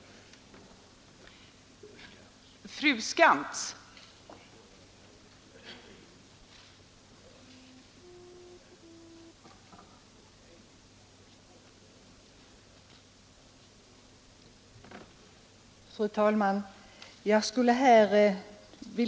——— g RAF Underrättelse till